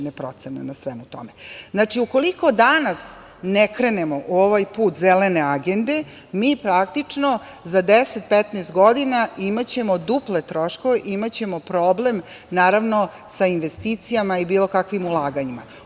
procene na svemu tome. Znači, ukoliko danas ne krenemo u ovaj put Zelene agende mi, praktično, za 10,15 godina imaćemo duple troškove i imaćemo problem sa investicijama i bilo kakvim ulaganjima. Ono